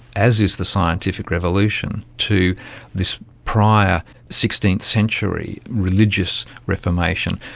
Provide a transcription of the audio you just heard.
as is the scientific revolution, to this prior sixteenth century religious reformation,